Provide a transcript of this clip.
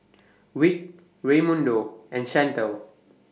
Vick Raymundo and Chantel